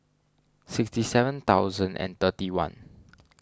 sixty seven thousand and thirty one